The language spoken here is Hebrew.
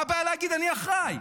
מה הבעיה להגיד: אני אחראי?